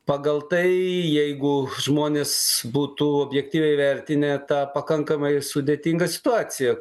pagal tai jeigu žmonės būtų objektyviai įvertinę tą pakankamai sudėtingą situaciją